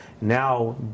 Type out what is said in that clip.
Now